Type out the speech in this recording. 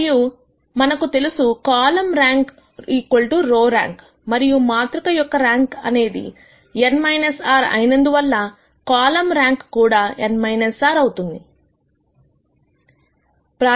మరియు మనకు తెలుసు కాలమ్ ర్యాంక్ రో ర్యాంక్ మరియు మాతృక యొక్క ర్యాంక్ అనేది n r అయినందువల్ల కాలమ్ ర్యాంక్ కూడా n r అవుతుంది